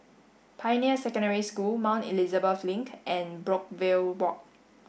Pioneer Secondary School Mount Elizabeth Link and Brookvale Walk